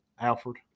Alfred